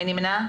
מי נמנע?